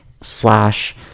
slash